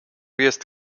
jest